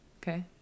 Okay